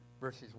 verses